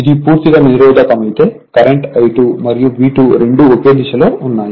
ఇది పూర్తిగా నిరోధకమైతే కరెంట్ I2 మరియు V2 రెండూ ఒకే దిశలో ఉన్నాయి